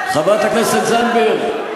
חברת הכנסת זנדברג,